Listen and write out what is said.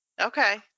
Okay